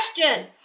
question